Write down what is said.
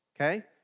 okay